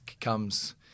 comes –